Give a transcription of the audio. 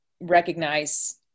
recognize